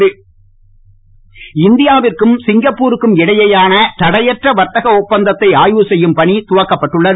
தடையற்ற வர்த்தகம் இந்தியாவுக்கும் சிங்கப்பூருக்கும் இடையேயான தடையற்ற வர்த்தக ஒப்பந்தத்தை ஆய்வு செய்யும் பணி துவங்கப்பட்டுள்ளது